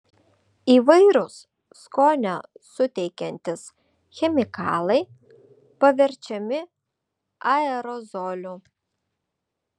įvairūs skonio suteikiantys chemikalai paverčiami aerozoliu